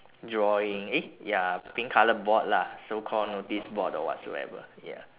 drawing eh ya pink colour board lah so called noticeboard or whatsoever ya